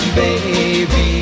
baby